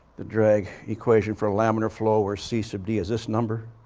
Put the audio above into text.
the drag equation for laminar flow or c sub d is this number.